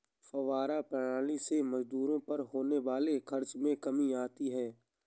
फौव्वारा प्रणाली से मजदूरों पर होने वाले खर्च में कमी आती है